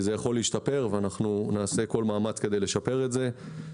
זה יכול להשתפר ואנחנו נעשה כל מאמץ כדי לשפר את זה.